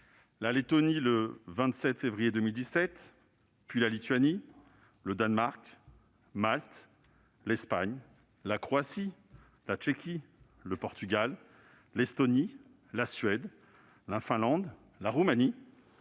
la Lettonie, le 23 février 2017, puis la Lituanie, le Danemark, Malte, l'Espagne, la Croatie, la Tchéquie, le Portugal, l'Estonie, la Suède, la Finlande, la Roumanie,